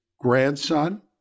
grandson